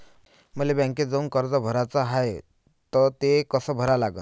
मले बँकेत जाऊन कर्ज भराच हाय त ते कस करा लागन?